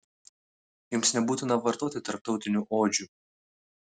jums nebūtina vartoti tarptautinių odžių